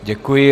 Děkuji.